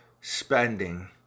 spending